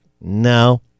no